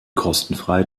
kostenfrei